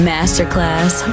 Masterclass